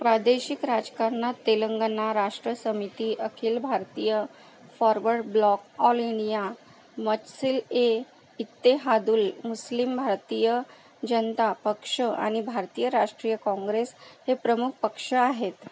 प्रादेशिक राजकारणात Telangana Rashtra Samiti Akhil Bharatiya forward bloc all India Majlis e Ittehadul Muslim Bharatiya Janata पक्ष आणि भारतीय राष्ट्रीय काँग्रेस हे प्रमुख पक्ष आहेत